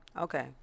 okay